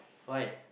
why